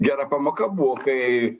gera pamoka buvo kai